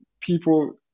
people